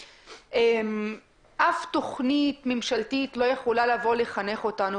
אף תכנית ממשלתית לא יכולה לחנך אותנו.